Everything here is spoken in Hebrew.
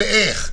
איך,